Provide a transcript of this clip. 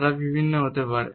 তারা ভিন্ন হতে পারে